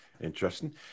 Interesting